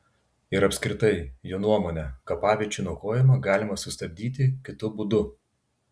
ir apskritai jo nuomone kapaviečių niokojimą galima sustabdyti kitu būdu